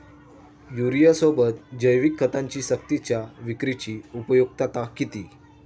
युरियासोबत जैविक खतांची सक्तीच्या विक्रीची उपयुक्तता किती?